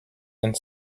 and